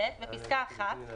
בפסקה (1),